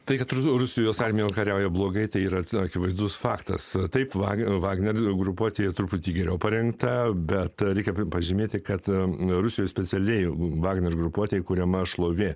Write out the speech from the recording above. tai kad rusijos armija kariauja blogai tai yra akivaizdus faktas taip vagį vagnerio grupuotė truputį geriau parengta bet reikia pažymėti kad rusijoje specialiai vagnerio grupuotei kuriama šlovė